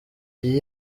iyo